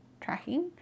tracking